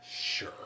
sure